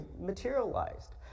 materialized